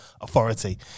authority